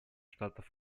штатов